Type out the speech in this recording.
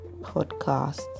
podcast